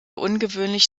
ungewöhnlich